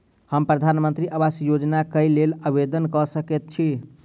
हम प्रधानमंत्री आवास योजना केँ लेल आवेदन कऽ सकैत छी?